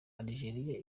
algeria